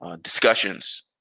discussions